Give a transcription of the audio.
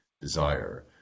desire